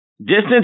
Distance